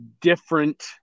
different